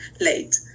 late